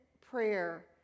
prayer